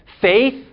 faith